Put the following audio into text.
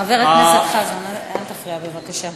חבר הכנסת חזן, אל תפריע בבקשה.